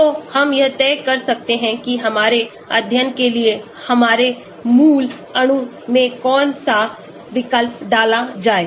तो हम यह तय कर सकते हैं कि हमारे अध्ययन के लिए हमारे मूल अणु में कौन सा विकल्प डाला जाए